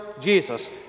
Jesus